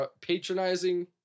patronizing